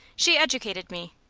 she educated me.